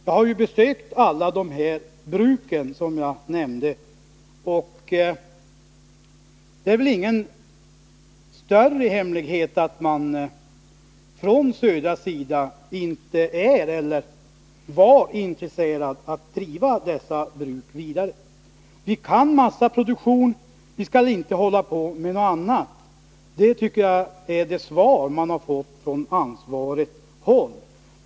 Jag har besökt alla de bruk som jag nämnt, och det är väl ingen större hemlighet att Södra Skogsägarna inte var intresserat av att upprätthålla driften vid dessa bruk. Det besked man har lämnat från ansvarigt håll tycker jag närmast är: Vi kan massaproduktion, och vi skall inte hålla på med något annat.